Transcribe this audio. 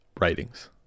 writings